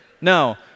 No